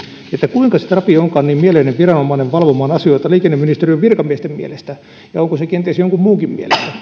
kuinka se trafi onkaan niin mieleinen viranomainen valvomaan asioita liikenneministeriön virkamiesten mielestä ja onko se kenties jonkun muunkin